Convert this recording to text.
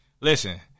Listen